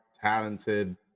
talented